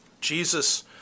Jesus